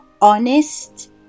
honest